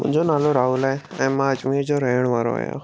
मुंहिंजो नालो राहुल आहे ऐं मां अजमेर जो रहण वारो आहियां